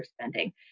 spending